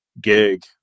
gig